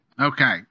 Okay